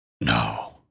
No